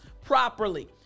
properly